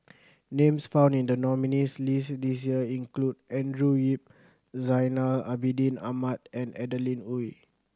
names found in the nominees' list this year include Andrew Yip Zainal Abidin Ahmad and Adeline Ooi